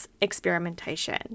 experimentation